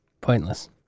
pointless